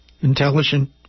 intelligent